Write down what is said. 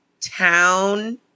town